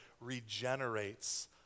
regenerates